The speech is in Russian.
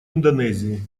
индонезии